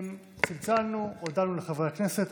צלצלנו, הודענו לחברי הכנסת.